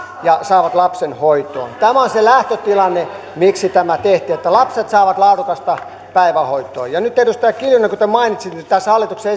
ja saavat lapsen hoitoon tämä on se lähtötilanne miksi tämä tehtiin että lapset saavat laadukasta päivähoitoa nyt edustaja kiljunen te mainitsitte että tässä hallituksen